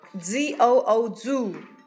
z-o-o-zoo